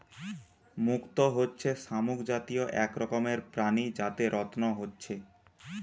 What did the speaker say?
মুক্ত হচ্ছে শামুক জাতীয় এক রকমের প্রাণী যাতে রত্ন হচ্ছে